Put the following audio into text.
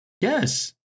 Yes